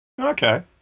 okay